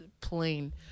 plain